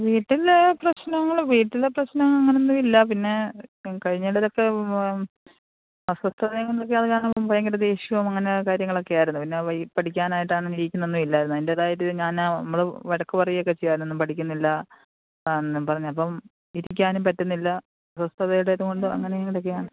വീട്ടിൽ പ്രശ്നങ്ങൾ വീട്ടിൽ പ്രശ്നം അങ്ങനൊന്നുവില്ല പിന്നെ കഴിഞ്ഞേണ്ടതൊക്കെ വ അസ്വസ്ഥതേം ഇത് കാരണം ഭയങ്കര ദേഷ്യോം അങ്ങനെ കാര്യങ്ങളക്കെ ആയിരുന്നു പിന്നെ പഠിക്കാനായിട്ടാണേലും ഇരിക്കുന്നൊന്നുവില്ലാരുന്നു അതിന്റെതായ ഒരിതി ഞാൻ നമ്മൾ വഴക്കു പറയൊക്കെ ചെയ്യാരുന്നു ഒന്നും പഠിക്കുന്നില്ല എന്നുമ്പറഞ്ഞ് അപ്പം ഇരിക്കാനുമ്പറ്റ്ന്നില്ല സ്വസ്ഥതേടെതുങ്കൊണ്ട് അങ്ങനെ ഇങ്ങനക്കെയാണ്